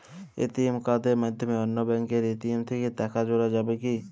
ATM কার্ডের মাধ্যমে অন্য ব্যাঙ্কের এ.টি.এম থেকে টাকা তোলা যাবে কি?